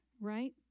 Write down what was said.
right